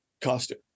costume